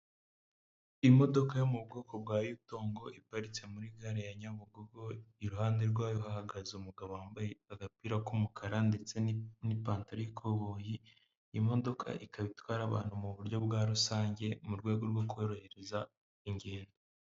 Imodoka yo mu bwoko bwa yutongo iparitse muri gare ya Nyabugogo, iruhande rwayo hahagaze umugabo wambaye agapira k'umukara ndetse n'ipantaro y'ikoboyi, imodoka ikaba itwara abantu mu buryo bwa rusange mu rwego rwo korohereza ingendo.